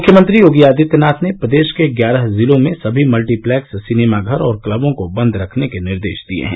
मुख्यमंत्री योगी आदित्यनाथ ने प्रदेश के ग्यारह जिलों में सभी मल्टीप्लेक्स सिनेमाघर और क्लबों को बन्द रखने के निर्देश दिए हैं